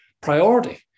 priority